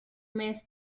mes